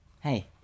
Hey